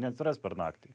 neatsiras per naktį